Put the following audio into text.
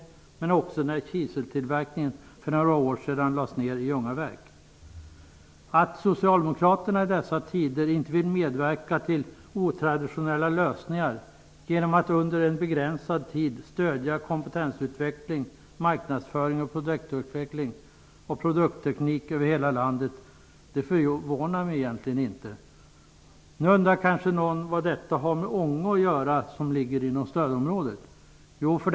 Man drabbades också när kiseltillverkningen för några år sedan lades ner i Att Socialdemokraterna i dessa tider inte vill medverka till otraditionella lösningar genom att under en begränsad tid stödja kompetensutveckling, marknadsföring, produktutveckling och produktteknik över hela landet förvånar mig egentligen inte. Nu undrar kanske någon vad detta har med Ånge, som ligger inom stödområdet, att göra.